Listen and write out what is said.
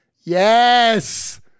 yes